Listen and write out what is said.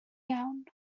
iawn